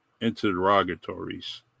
interrogatories